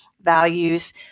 values